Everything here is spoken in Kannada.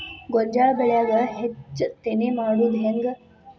ಗೋಂಜಾಳ ಬೆಳ್ಯಾಗ ಹೆಚ್ಚತೆನೆ ಮಾಡುದ ಹೆಂಗ್?